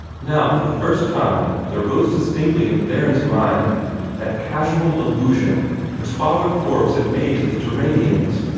now for the first time there rose distinctly in theron's mind that casual allusion which father forbes had made to the turanians.